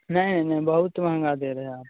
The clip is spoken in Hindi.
नहीं नहीं बहुत महँगा दे रहे हैं आप